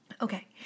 Okay